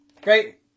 great